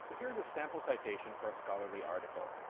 so here's a sample citation for a scholarly article.